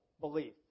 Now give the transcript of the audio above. belief